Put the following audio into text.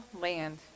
land